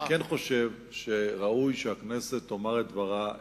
אני כן חושב שראוי שהכנסת תאמר את דברה לממשלה,